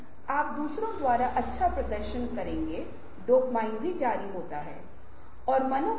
और दूसरा एक प्रश्नावली सावधानी से प्रस्तुत की गई है समस्या के मुद्दे के संदर्भ में विशेषज्ञों के संभावित समाधान के संदर्भ में तैयार किया गया है